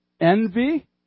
Envy